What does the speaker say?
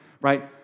right